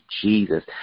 Jesus